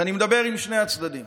ואני מדבר עם שני הצדדים.